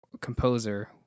composer